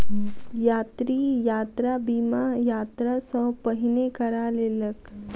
यात्री, यात्रा बीमा, यात्रा सॅ पहिने करा लेलक